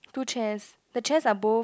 two chair the chair are both